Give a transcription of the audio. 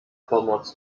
pomoc